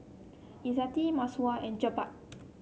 Izzati Masayu and Jebat